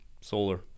Solar